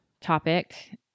topic